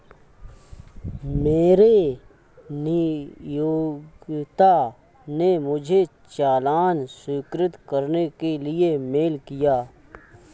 मेरे नियोक्ता ने मुझे चालान स्वीकृत करने के लिए मेल किया